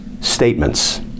statements